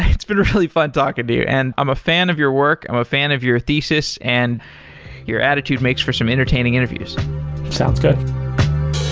it's been really fun talking to you. and i'm a fan of your work, i'm a fan of your thesis and your attitude makes for some entertaining interviews sounds good